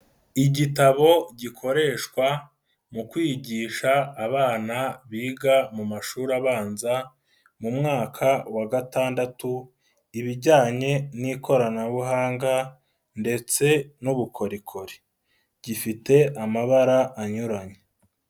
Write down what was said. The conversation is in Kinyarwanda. Igitabo gikoreshwa mu kwigisha abana biga mu mashuri abanza mu mwaka wa gatandatu ibijyanye n'ikoranabuhanga ndetse n'ubukorikori, gifite amabara anyuranye.